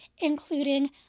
including